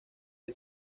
que